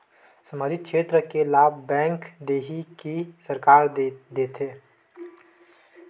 सामाजिक क्षेत्र के लाभ बैंक देही कि सरकार देथे?